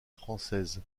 française